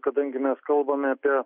kadangi mes kalbame apie